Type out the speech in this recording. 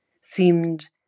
seemed